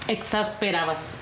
Exasperabas